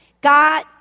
God